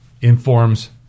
informs